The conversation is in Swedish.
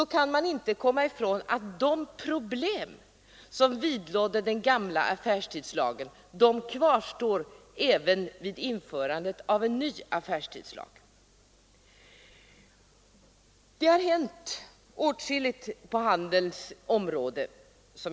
Man kan dock inte komma ifrån att de problem som vidlåder den gamla affärstidslagen kvarstår även vid införande av en ny affärstidslag, och det har också, som jag sade nyss, hänt åtskilligt på handelns område.